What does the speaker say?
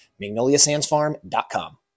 Magnoliasandsfarm.com